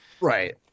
right